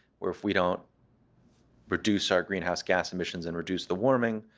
where if we don't reduce our greenhouse gas emissions and reduce the warming,